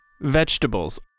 Vegetables